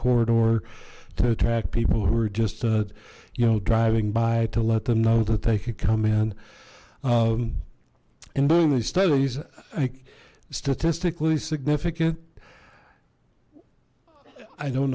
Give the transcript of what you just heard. corridor to attract people who are just you know driving by to let them know that they could come in in doing these studies like statistically significant i don't